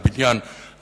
הוא עסק בבניין הארץ,